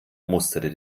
musterte